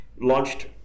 launched